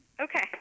Okay